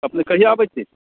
अपने कहिया अबैत छी